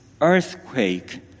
earthquake